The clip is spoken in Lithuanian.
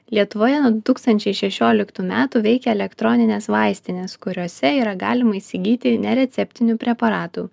lietuvoje nuo du tūkstančiai šešioliktų metų veikia elektroninės vaistinės kuriose yra galima įsigyti nereceptinių preparatų